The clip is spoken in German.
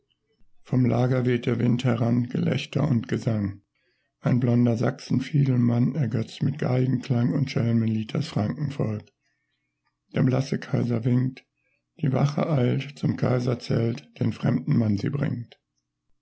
vom lager weht der wind heran gelächter und gesang ein blonder sachsenfiedelmann ergötzt mit geigenklang und schelmenlied das frankenvolk der blasse kaiser winkt die wache eilt zum kaiserzelt den fremden mann sie bringt